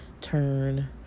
turn